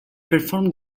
performed